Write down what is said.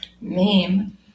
meme